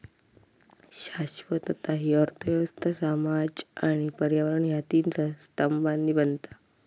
शाश्वतता हि अर्थ व्यवस्था, समाज आणि पर्यावरण ह्या तीन स्तंभांनी बनता